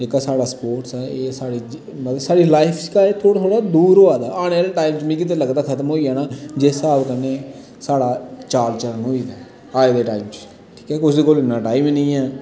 जेह्का साढ़ा स्पोटस ऐ एह् मतलव साढ़ी लाईफ चा थोह्ड़ा थोह्ड़ा दूर होआ दा आने आह्ले आह्ले टाईम मिगी लगदा खत्म होई जाना जिस हिसाब कन्नै साढ़ा चाल चलन होई दा अज दे टाईम च किसे कोल इन्ना टाईम गै नी ऐ